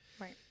Right